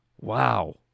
Wow